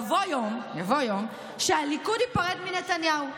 יבוא יום, יבוא יום שהליכוד ייפרד מנתניהו.